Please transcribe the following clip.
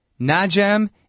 Najem